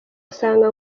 asanga